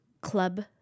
club